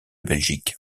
belgique